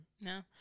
No